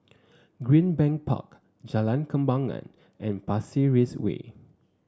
Greenbank Park Jalan Kembangan and Pasir Ris Way